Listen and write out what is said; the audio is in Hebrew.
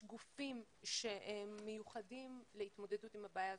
יש גופים שמיוחדים להתמודדות עם הבעיה הזאת,